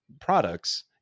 products